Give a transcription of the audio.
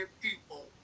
people